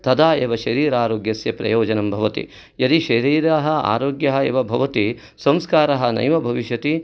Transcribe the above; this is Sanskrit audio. तदा एव शरीरारोग्यस्य प्रयोजनं भवति यदि शरीराः आरोग्यः एव भवति संस्कारः नैव भविष्यति